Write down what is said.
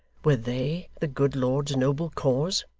were they the good lord's noble cause!